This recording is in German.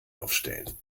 aufstellen